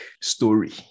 story